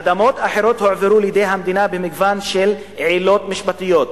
אדמות אחרות הועברו לידי המדינה במגוון של עילות משפטיות,